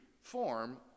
form